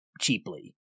cheaply